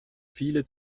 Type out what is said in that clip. viele